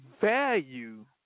value